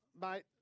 mate